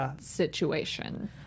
situation